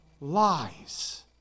Lies